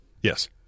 Yes